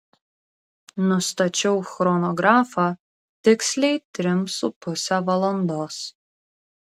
nustačiau chronografą tiksliai trim su puse valandos